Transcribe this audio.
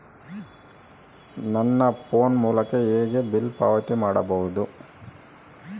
ನನ್ನ ಫೋನ್ ಮೂಲಕ ಹೇಗೆ ಬಿಲ್ ಪಾವತಿ ಮಾಡಬಹುದು?